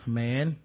man